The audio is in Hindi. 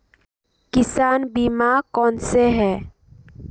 किसान बीमा कौनसे हैं?